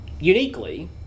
uniquely